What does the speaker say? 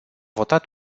votat